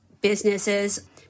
businesses